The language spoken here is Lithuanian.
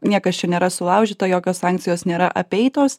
niekas čia nėra sulaužyta jokios sankcijos nėra apeitos